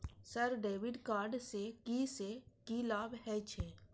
Sir debit card से की से की लाभ हे छे?